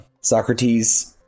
Socrates